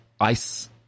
ice